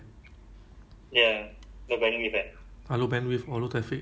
because U_S there's two countries new york eh no two states